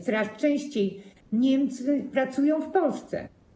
Coraz częściej Niemcy pracują w Polsce.